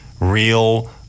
real